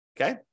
okay